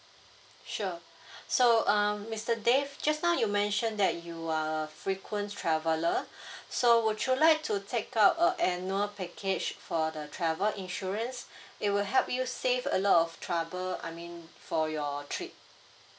sure so um mister dave just now you mentioned that you are frequent traveller so would you like to take up a annual package for the travel insurance it will help you save a lot of trouble I mean for your trip